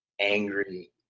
angry